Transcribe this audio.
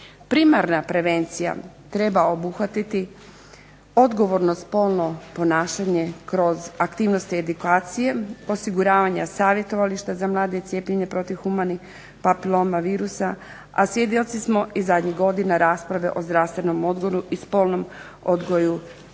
Primarna prevencija treba obuhvatiti odgovorno spolno ponašanje kroz aktivnosti edukacije, osiguravanja savjetovališta za mlade, cijepljenje protiv humanih papiloma virusa, a svjedoci smo i zadnjih godina rasprave o zdravstvenom odgoju i spolnom odgoju.